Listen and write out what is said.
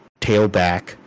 tailback